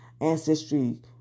ancestry